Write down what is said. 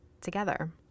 together